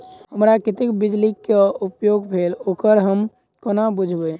हमरा कत्तेक बिजली कऽ उपयोग भेल ओकर हम कोना बुझबै?